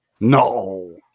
no